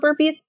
burpees